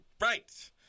Right